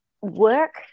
work